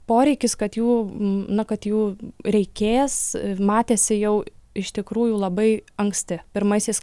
poreikis kad jų na kad jų reikės matėsi jau iš tikrųjų labai anksti pirmaisiais